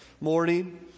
morning